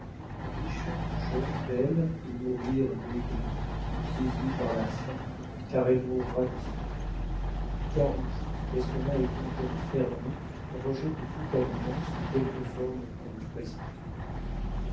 riche jeune belle et mourir maigrie vieillie par la faim car elle mourra de faim depuis quarante jours l'estomac étant comme fermé rejette tout aliment sous quelque forme qu'on le présente